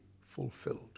fulfilled